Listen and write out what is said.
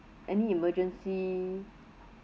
any emergency